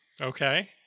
Okay